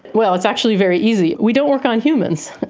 well, it's actually very easy we don't work on humans,